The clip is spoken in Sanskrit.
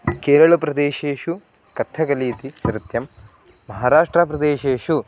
केरळप्रदेशेषु कथ्यकली इति नृत्यं महाराष्ट्राप्रदेशेषु